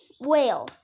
whale